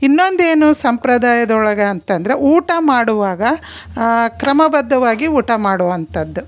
ಇನ್ನೊಂದು ಏನು ಸಂಪ್ರದಾಯದೊಳಗೆ ಅಂತಂದರೆ ಊಟ ಮಾಡುವಾಗ ಕ್ರಮಬದ್ಧವಾಗಿ ಊಟ ಮಾಡುವಂಥದ್ದು